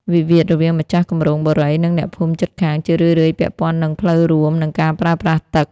វិវាទរវាងម្ចាស់គម្រោងបុរី និងអ្នកភូមិជិតខាង ជារឿយៗពាក់ព័ន្ធនឹងផ្លូវរួម និងការប្រើប្រាស់ទឹក។